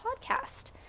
podcast